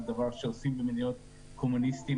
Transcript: זה דבר שעושים במדינות קומוניסטיות,